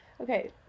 Okay